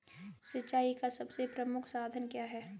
सिंचाई का सबसे प्रमुख साधन क्या है?